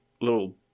little